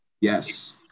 Yes